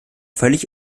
völlig